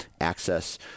access